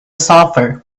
sulfur